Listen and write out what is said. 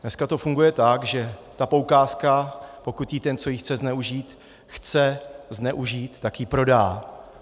Dneska to funguje tak, že ta poukázka, pokud ji ten, co ji chce zneužít, chce zneužít, tak ji prodá.